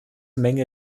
menge